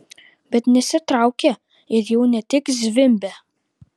bet nesitraukia ir jau ne tik zvimbia